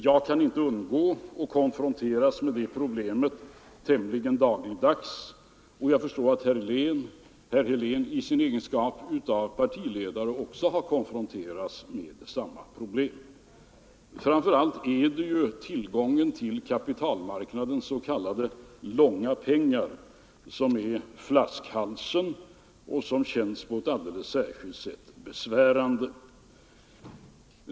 Jag kan inte undgå att konfronteras med det problemet tämligen dagligdags, och jag förstår att herr Helén i sin egenskap av partiledare också har konfronterats med samma problem. Framför allt är tillgången till kapitalmarknadens s.k. långa pengar en flaskhals som känns särskilt besvärande.